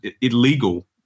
illegal